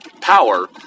power